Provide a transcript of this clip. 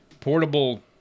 portable